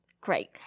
Great